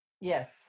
Yes